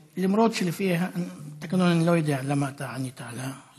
למרות שלפי התקנון אני לא יודע למה ענית על השאילתה הזאת.